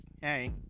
Hey